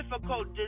difficult